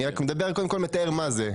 אני רק מתאר מה זה.